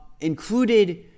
included